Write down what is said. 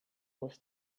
was